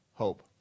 Hope